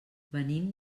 venim